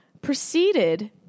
proceeded